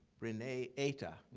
renee ater,